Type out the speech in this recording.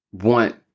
want